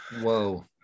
Whoa